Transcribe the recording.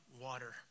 water